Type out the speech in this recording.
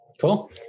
cool